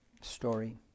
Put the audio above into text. story